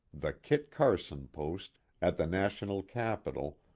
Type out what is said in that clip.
the kit carson post at the national capitol,